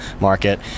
market